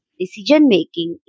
decision-making